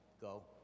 go